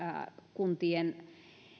kuntien